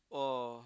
oh